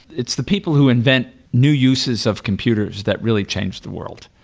it's the people who invent new uses of computers that really change the world.